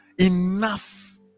enough